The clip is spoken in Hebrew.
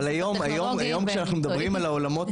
אבל היום כשאנחנו מדברים על העולמות